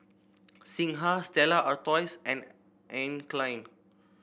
Singha Stella Artois and Anne Klein